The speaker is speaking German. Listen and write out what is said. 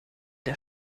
der